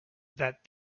that